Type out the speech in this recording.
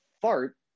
fart